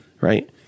right